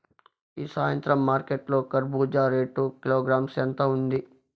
ఈ సాయంత్రం మార్కెట్ లో కర్బూజ రేటు కిలోగ్రామ్స్ ఎంత ఉంది?